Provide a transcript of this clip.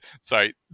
sorry